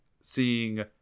seeing